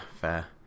Fair